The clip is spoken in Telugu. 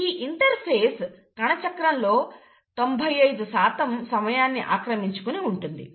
ఈ ఇంటర్ఫేస్ కణచక్రంలో 95 శాతం సమయాన్ని ఆక్రమించుకుని ఉంటుంది